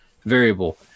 variable